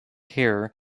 here